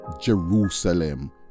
Jerusalem